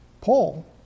Paul